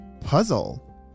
puzzle